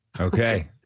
Okay